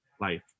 life